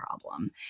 problem